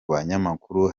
banyamakuru